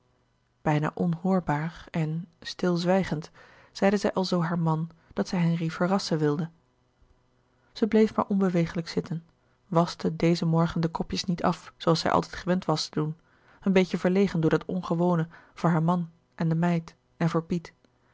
bijna onhoorbaar en stilzwijgend zeide zij alzoo haar man dat zij henri verrassen wilde zij bleef maar onbewegelijk zitten waschte dezen morgen de kopjes niet af zooals zij altijd gewend was te doen een beetje verlegen door dat ongewone voor haar man en de meid en